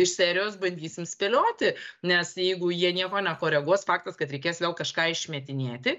iš serijos bandysim spėlioti nes jeigu jie nieko nekoreguos faktas kad reikės kažką išmetinėti